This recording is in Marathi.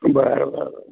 बरं बरं